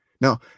Now